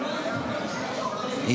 הכנסת,